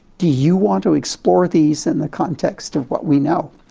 do you want to explore these in the context of what we know?